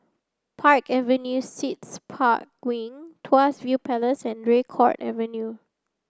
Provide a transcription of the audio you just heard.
Park Avenue Suites Park Wing Tuas View Place and Draycott Avenue